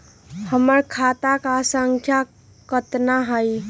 हमर खाता के सांख्या कतना हई?